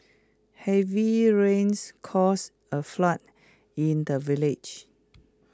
heavy rains caused A flood in the village